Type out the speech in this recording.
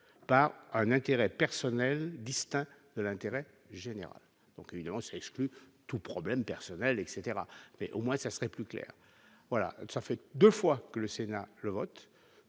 par un intérêt personnel distinct de l'intérêt général, donc évidemment exclu tout problème personnel etc, mais au moins ça serait plus clair, voilà, ça fait 2 fois que le Sénat, le vote.